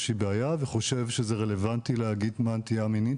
שהיא בעיה וחושב שזה רלוונטי להגיד לו מה הנטייה המינית